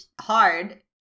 hard